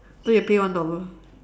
then you pay one dollar